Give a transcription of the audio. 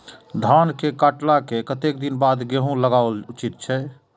धान के काटला के कतेक दिन बाद गैहूं लागाओल उचित छे?